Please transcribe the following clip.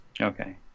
okay